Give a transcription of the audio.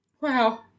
Wow